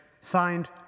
Signed